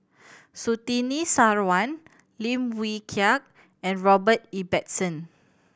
Surtini Sarwan Lim Wee Kiak and Robert Ibbetson